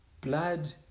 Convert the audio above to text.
blood